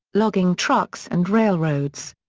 logging trucks and railroads.